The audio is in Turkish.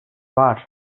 var